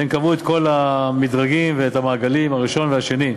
הם קבעו את כל המדרגים ואת המעגלים, הראשון והשני.